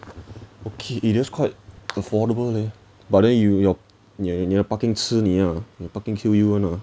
okay you just quite affordable leh but then you your your parking 吃你啦 the parking kill you [one] ah